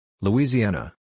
Louisiana